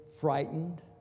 frightened